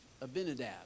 Abinadab